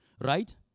right